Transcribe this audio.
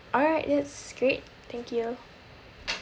alright that's great thank you